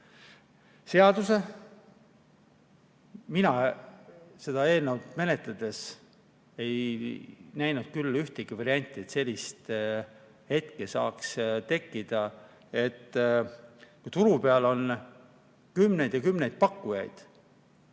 seaduse. Mina seda eelnõu menetledes ei näinud küll ühtegi varianti, et selline hetk saaks tekkida, et turul on kümneid ja kümneid pakkujaid,